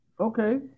Okay